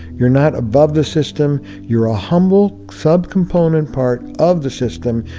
you're not above the system, you're a humble subcomponent part of the system,